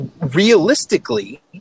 realistically